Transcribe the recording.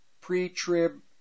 pre-trib